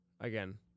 again